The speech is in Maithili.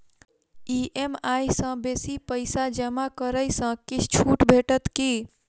ई.एम.आई सँ बेसी पैसा जमा करै सँ किछ छुट भेटत की?